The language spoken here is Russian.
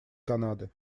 канады